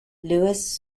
lewis